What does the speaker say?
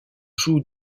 joue